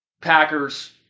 Packers